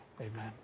amen